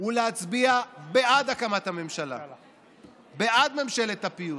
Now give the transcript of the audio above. הוא להצביע בעד הקמת הממשלה, בעד ממשלת הפיוס,